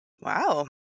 Wow